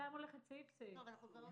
בינתיים את הולכת בעקבותיו ממש סעיף, סעיף.